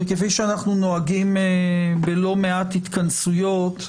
כפי שאנחנו נוהגים בלא מעט התכנסויות,